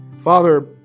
Father